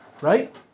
Right